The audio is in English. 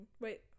Wait